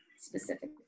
specifically